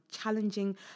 challenging